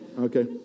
Okay